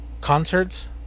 concerts